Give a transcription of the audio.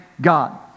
God